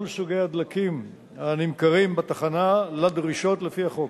סוגי הדלקים הנמכרים בתחנה לדרישות לפי החוק.